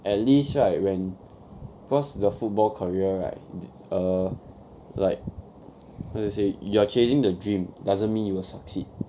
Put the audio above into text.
at least right when first the football career right err like how to say you are chasing the dream doesn't mean you will succeed